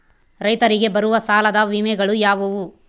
ರೈತರಿಗೆ ಬರುವ ಸಾಲದ ವಿಮೆಗಳು ಯಾವುವು?